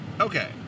Okay